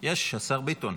יש, השר ביטון,